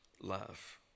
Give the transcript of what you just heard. Love